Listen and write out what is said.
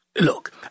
Look